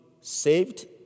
saved